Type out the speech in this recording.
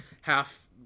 half